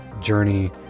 journey